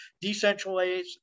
decentralized